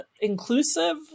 inclusive